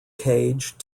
cage